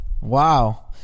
Wow